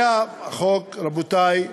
זה החוק, רבותי,